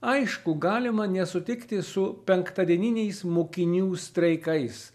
aišku galima nesutikti su penktadieniniais mokinių streikais